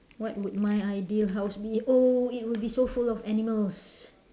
what would my ideal house be oh it will be so full of animals